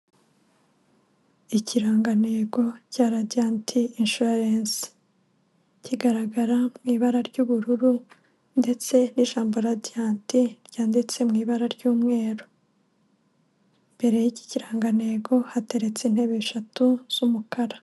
Ikirangantego cya Radiant inshuwarensi, kigaragara mu ibara ry'ubururu ndetse n'ijambo Radiant ryanditse mu ibara ry'umweru, imbere y'iki kirangantego hateretse intebe eshatu z'umukara.